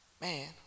man